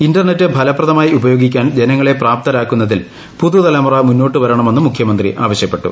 internet ഫലപ്രദമായി ഉപയോഗിക്കാൻ ജനങ്ങളെ പ്രാപ്തരാക്കുന്നതിൽ പുതുതലമുറ മുന്നോട്ടു വരണമെന്നും മുഖ്യമന്ത്രി ആവശ്യപ്പെട്ടു